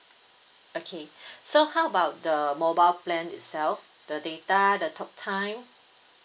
okay so how about the mobile plan itself the data the talk time